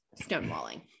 stonewalling